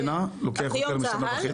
שאין שום שיקול פוליטי,